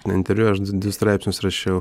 interviu aš du straipsnius rašiau